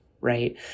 right